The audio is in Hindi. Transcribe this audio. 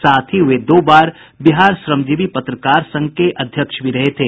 साथ ही वे दो बार बिहार श्रमजीवी पत्रकर संघ के अध्यक्ष भी रहे थे